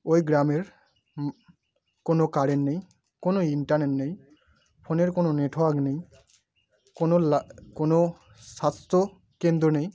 ওই গ্রামে কোনও কারেন্ট নেই কোনও ইন্টারনেট নেই ফোনের কোনও নেটওয়ার্ক নেই কোনও লা কোনও স্বাস্থ্যকেন্দ্র নেই